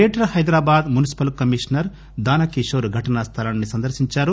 greater Hyderabad municipal commissioner Danakishore ఘటనా స్లాన్పి సందర్పించారు